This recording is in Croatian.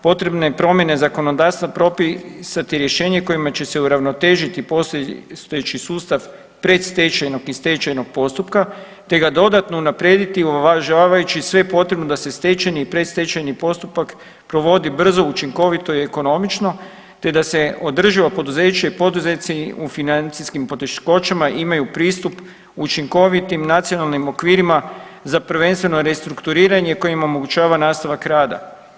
Potrebne promjene zakonodavstva propisati rješenje kojima će se uravnotežiti postojeći sustav predstečajnog i stečajnog postupka, te ga dodatno unaprijediti uvažavajući sve potrebno da se stečajni i predstečajni postupak provodi brzo, učinkovito i ekonomično, te da se održivo poduzeće i poduzetnici u financijskim poteškoćama imaju pristup učinkovitim nacionalnim okvirima za prvenstveno restrukturiranje koje im omogućava nastavak rada.